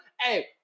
Hey